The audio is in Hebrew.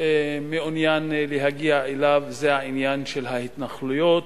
מעוניין להגיע אליו, זה העניין של ההתנחלויות,